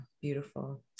Beautiful